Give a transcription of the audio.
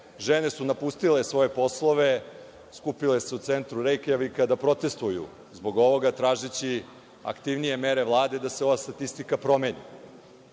žene su napustile svoje poslove, skupile se u centru Rejkjavika da protestvuju zbog ovoga, tražeći aktivnije mere vlade da se ova statistika promeni.